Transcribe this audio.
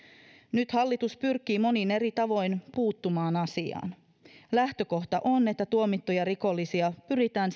nyt hallitus pyrkii monin eri tavoin puuttumaan asiaan lähtökohta on että tuomittuja rikollisia pyritään